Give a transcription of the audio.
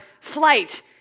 flight